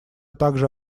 также